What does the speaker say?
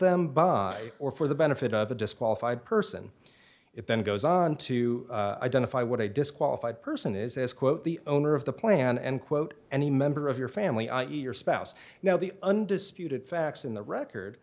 them by or for the benefit of a disqualified person it then goes on to identify what i disqualified person is as quote the owner of the plan and quote any member of your family i e your spouse now the undisputed facts in the record